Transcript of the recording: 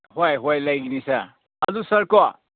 ꯍꯣꯏ ꯍꯣꯏ ꯂꯩꯒꯅꯤ ꯁꯥꯔ ꯑꯗꯨ ꯁꯥꯔꯀꯣ